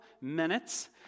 minutes